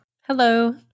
Hello